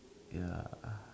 ya